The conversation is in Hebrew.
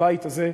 בבית הזה,